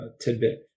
tidbit